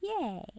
Yay